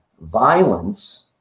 violence